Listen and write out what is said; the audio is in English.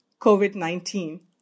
COVID-19